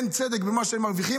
אין לנו עניין להפיל אותם,